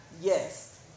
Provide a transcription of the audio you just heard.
Yes